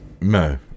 No